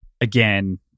again